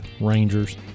Rangers